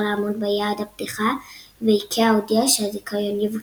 לעמוד ביעד הפתיחה ואיקאה הודיעה שהזיכיון יבוטל.